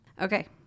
Okay